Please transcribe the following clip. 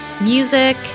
music